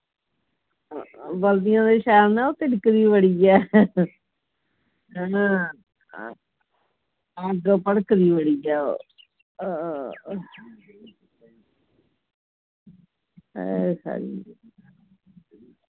बलदियां ते शैल न पर तिड़कदी बड़ी ऐ हां अन्दर पड़कदी बड़ी ऐ हां हा